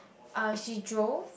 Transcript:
uh she drove